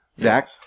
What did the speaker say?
Zach